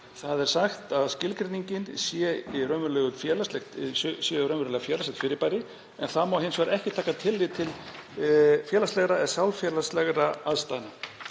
Sagt er að skilgreiningin sé raunverulega félagslegt fyrirbæri en það má hins vegar ekki taka tillit til félagslegra eða sálfélagslegra aðstæðna.